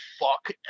fuck